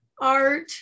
art